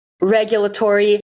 regulatory